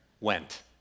went